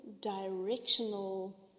directional